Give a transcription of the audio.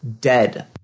dead